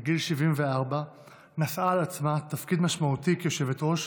ובגיל 74 נשאה על עצמה תפקיד משמעותי כיושבת-ראש